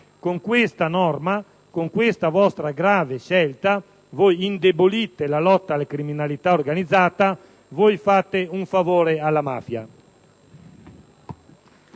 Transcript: Con questa norma, con questa vostra grave scelta voi indebolite la lotta alla criminalità organizzata e fate un favore alla